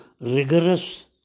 rigorous